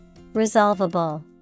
Resolvable